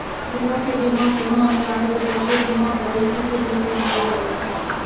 घरो के बीमा कोनो अनिवार्य रुपो के बीमा पालिसी के भीतर नै आबै छै